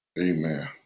Amen